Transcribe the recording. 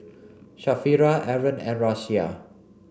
Sharifah Aaron and Raisya